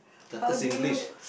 kata Singlish